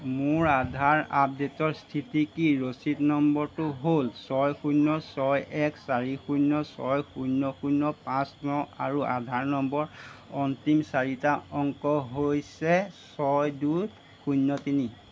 মোৰ আধাৰ আপডে'টৰ স্থিতি কি ৰচিদ নম্বৰটো হ'ল ছয় শূন্য় ছয় এক চাৰি শূন্য় ছয় শূন্য় শূন্য় পাঁচ ন আৰু আধাৰ নম্বৰ অন্তিম চাৰিটা অংক হৈছে ছয় দুই শূন্য় তিনি